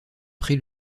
pré